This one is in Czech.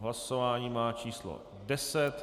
Hlasování má číslo 10.